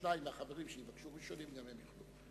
ושניים מהחברים שיבקשו ראשונים, גם הם יוכלו.